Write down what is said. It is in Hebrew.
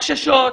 מחששות,